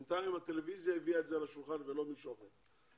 בינתיים הטלוויזיה הביאה את זה לשולחן הוועדה ולא מישהו אחר.